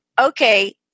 okay